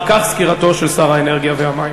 תפסי את מקומך, וגם סגן השר יענה.